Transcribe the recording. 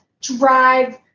drive